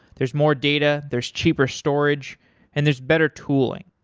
there's more data, there's cheaper storage and there's better tooling.